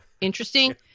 interesting